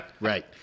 Right